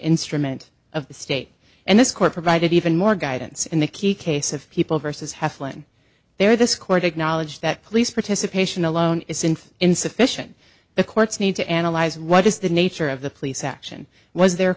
instrument of the state and this court provided even more guidance in the key case of people versus heflin there this court acknowledged that police participation alone isn't insufficient the courts need to analyze what is the nature of the police action was there